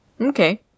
Okay